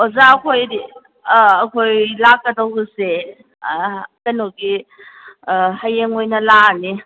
ꯑꯣꯖꯥ ꯑꯩꯈꯣꯏꯗꯤ ꯑꯩꯈꯣꯏ ꯂꯥꯛꯀꯗꯧꯕꯁꯦ ꯀꯩꯅꯣꯒꯤ ꯍꯌꯦꯡ ꯑꯣꯏꯅ ꯂꯥꯛꯑꯒꯦ